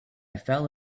fell